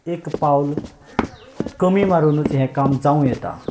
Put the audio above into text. एक पावल कमी मारूनच हें काम जावं येता